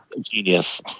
genius